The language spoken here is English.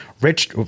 Rich